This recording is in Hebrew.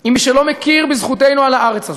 עם מי שלא מכיר בזכותנו על הארץ הזאת.